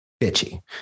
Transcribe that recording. bitchy